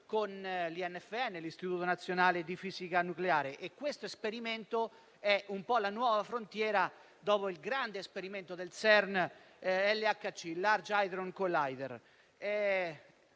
con l'Istituto nazionale di fisica nucleare (INFN), e questo esperimento è un po' la nuova frontiera dopo il grande esperimento del CERN Large hadron collider